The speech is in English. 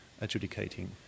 adjudicating